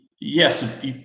Yes